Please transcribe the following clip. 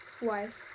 wife